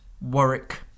Warwick